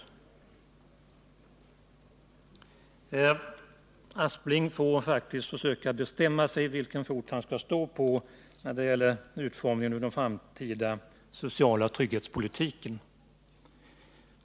Sven Aspling får faktiskt försöka bestämma sig för vilken fot han skall stå på när det gäller utformningen av den framtida sociala trygghetspolitiken.